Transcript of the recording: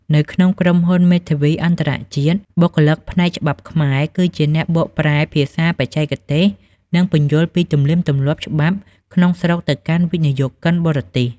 នៅក្នុងក្រុមហ៊ុនមេធាវីអន្តរជាតិ បុគ្គលិកផ្នែកច្បាប់ខ្មែរគឺជាអ្នកបកប្រែភាសាបច្ចេកទេស និងពន្យល់ពីទំនៀមទម្លាប់ច្បាប់ក្នុងស្រុកទៅកាន់វិនិយោគិនបរទេស។